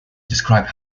describe